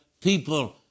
people